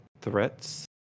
threats